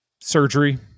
surgery